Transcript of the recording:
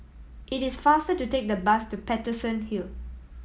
it is faster to take the bus to Paterson Hill